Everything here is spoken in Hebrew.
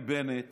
מבנט